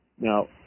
Now